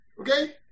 Okay